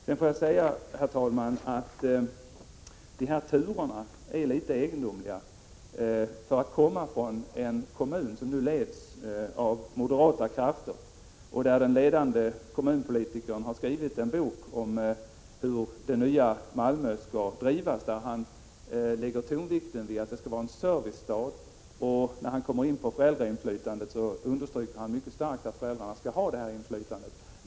Sedan får jag säga, herr talman, att dessa turer är litet egendomliga för att komma från en kommun som nu leds av moderata krafter och där den ledande kommunpolitikern har skrivit en bok om hur det nya Malmö skall drivas. Han lägger i boken tonvikten vid att Malmö skall vara en servicestad. När han kommer in på föräldrainflytandet understryker han mycket starkt att föräldrarna skall ha detta inflytande.